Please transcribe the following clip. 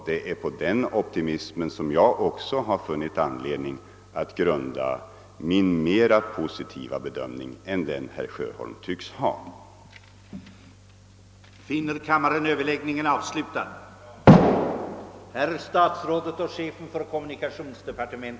Det är på den optimismen som jag har funnit anledning att grunda min mera positiva bedömning än den herr Sjöholm givit uttryck för.